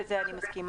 ולזה אני מסכימה,